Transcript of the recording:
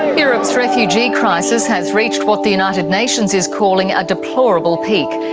europe's refugee crisis has reached what the united nations is calling a deplorable peak.